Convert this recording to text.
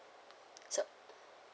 so